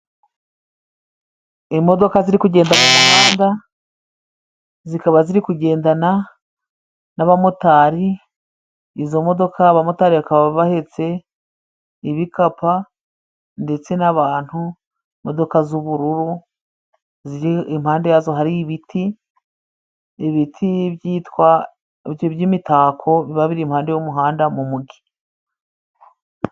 Imodoka ziri kugenda mu muhanda zikaba ziri kugendana n'abamotari, izo modoka, abamotari bakaba bahetse ibikapa ndetse n'abantu. Imodoka z'ubururu ziri impande yazo, hari ibiti ibiti byitwa, by'imitako biba biri impande y'umuhanda mu mujyi.